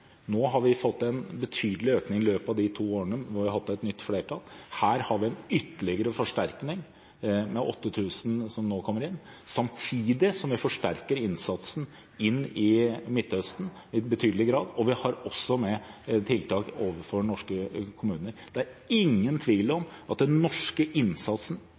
Nå har vi fått en betydelig økning i løpet av de to årene hvor vi har hatt et nytt flertall. Her har vi en ytterligere forsterkning, med 8 000 som nå kommer inn, samtidig som vi forsterker innsatsen inn i Midtøsten i betydelig grad, og vi har også tiltak overfor norske kommuner. Det er ingen tvil om at den norske innsatsen